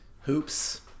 hoops